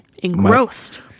Engrossed